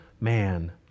man